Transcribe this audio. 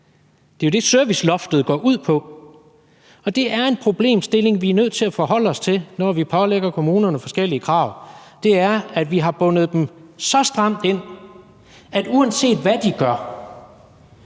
Det er jo det, serviceloftet går ud på, og det er en problemstilling, vi er nødt til at forholde os til, når vi pålægger kommunerne forskellige krav: at vi har bundet dem så stramt ind, at de, uanset hvad de gør,